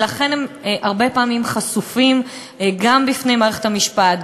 ולכן הם הרבה פעמים חשופים גם בפני מערכת המשפט,